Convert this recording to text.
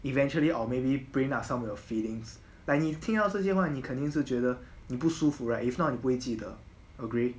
eventually or maybe bring up some of your feelings like 你听到这些句话你肯定是觉得你不舒服 right if not 你不会记得 agreed